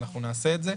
ואנחנו נעשה את זה,